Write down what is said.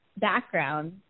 background